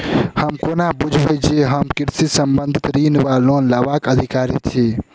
हम कोना बुझबै जे हम कृषि संबंधित ऋण वा लोन लेबाक अधिकारी छी?